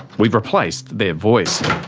we've replaced their voice.